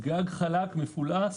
גג חלק, מפולס.